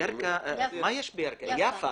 ביום שישי